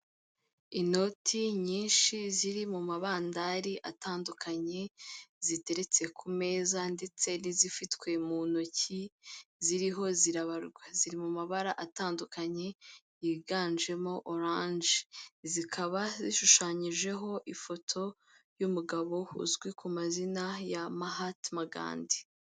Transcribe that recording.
Inoti nyinshi ziri mu mabandari atandukanye, ziteretse ku meza ndetse n'izifitwe mu ntoki ziriho zirabarwa, ziri mu mabara atandukanye yiganjemo oranje zikaba zishushanyijeho ifoto y'umugabo uzwi ku mazina ya Mahatima Ghandi.